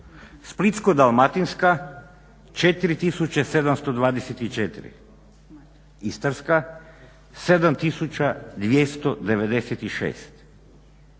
Splitsko-dalmatinska 4724, Istarska 7296,